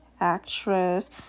actress